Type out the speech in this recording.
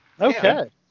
Okay